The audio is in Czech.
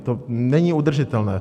To není udržitelné.